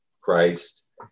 Christ